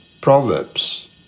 Proverbs